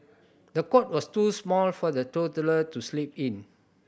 the cot was too small for the toddler to sleep in